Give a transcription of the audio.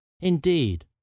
Indeed